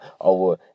over